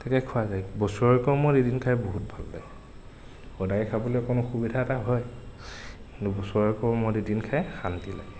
তাকে খোৱা যায় বছৰেকৰ মূৰত এদিন খাই বহুত ভাল লাগে সদায় খাবলৈ অকণ অসুবিধা এটা হয় কিন্তু বছৰেকৰ মূৰত এদিন খাই শান্তি লাগে